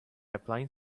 applying